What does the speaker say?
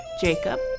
Jacob